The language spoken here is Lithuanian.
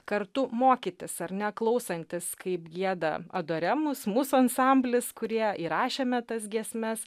kartu mokytis ar ne klausantis kaip gieda adoremus mūsų ansamblis kurie įrašėme tas giesmes